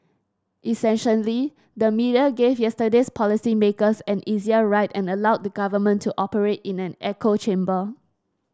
essentially the media gave yesterday's policy makers an easier ride and allowed the government to operate in an echo chamber